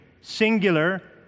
singular